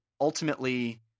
ultimately